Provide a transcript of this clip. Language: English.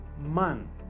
man